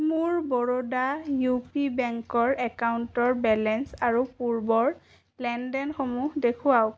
মোৰ Baroda U P বেংকৰ একাউণ্টৰ বেলেঞ্চ আৰু পূৰ্বৰ লেনদেনসমূহ দেখুৱাওক